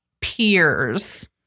peers